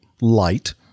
light